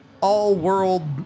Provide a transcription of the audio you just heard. all-world